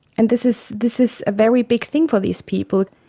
and this is this is a very big thing for these people.